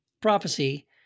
prophecy